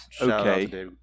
okay